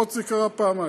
אפילו שזה קרה פעמיים.